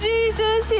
Jesus